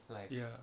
ya